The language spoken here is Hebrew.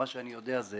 מה שאני יודע זה